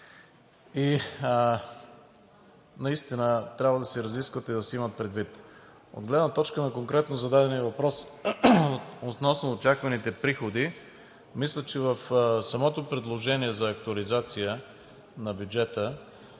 – наистина трябва да се разискват и да се имат предвид. От гледна точка на конкретно зададения въпрос – относно очакваните приходи, мисля, че в самото предложение за актуализация на бюджета